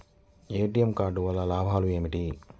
ATM card వల్ల లాభం ఏమిటి?